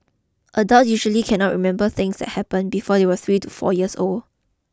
adults usually cannot remember things that happened before they were three to four years old